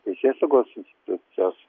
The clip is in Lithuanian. teisėsaugos institucijos